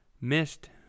missed